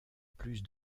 plus